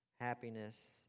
happiness